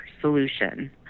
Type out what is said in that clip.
solution